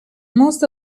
most